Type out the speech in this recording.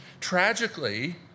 Tragically